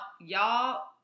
y'all